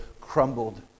crumbled